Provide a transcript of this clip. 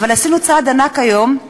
אבל עשינו צעד ענק היום,